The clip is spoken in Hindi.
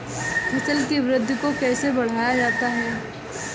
फसल की वृद्धि को कैसे बढ़ाया जाता हैं?